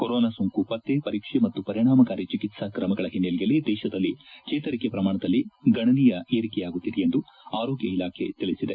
corona ಸೋಂಕು ಪತ್ತೆ ಪರೀಕ್ಷೆ ಮತ್ತು ಪರಿಣಾಮಕಾರಿ ಚಿಕಿತ್ಸಾ ಕ್ರಮಗಳ ಹಿನ್ನೆಲೆಯಲ್ಲಿ ದೇಶದಲ್ಲಿ ಚೇತರಿಕೆ ಪ್ರಮಾಣದಲ್ಲಿ ಗಣನೀಯ ಏರಿಕೆಯಾಗುತ್ತಿದೆ ಎಂದು ಆರೋಗ್ಲ ಇಲಾಖೆ ತಿಳಿಸಿದೆ